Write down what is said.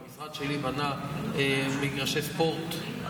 והמשרד שלי בנה מגרשי ספורט,